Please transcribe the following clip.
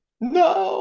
No